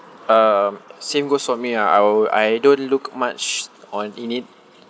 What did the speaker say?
um same goes for me ah I I don't look much on in it